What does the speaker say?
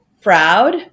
proud